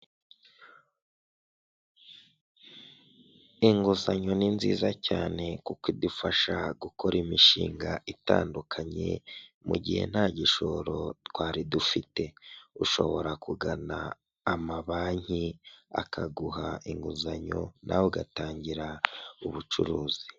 Umuhanda urimo imodoka zitari nyinshi iy'umutuku inyuma, imbere hari izindi n'amamoto hepfo tukabona urukamyo runini cyane bisa nk'aho ari rwarundi ruterura izindi, mu muhanda tukabonamo icyapa kiriho umweru tukabonamo amapoto rwose y'amatara amurikira umuhanda.